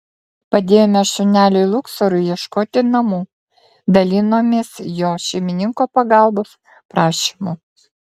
padėjome šuneliui luksorui ieškoti namų dalinomės jo šeimininko pagalbos prašymu